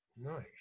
Nice